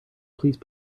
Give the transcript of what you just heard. please